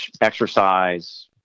exercise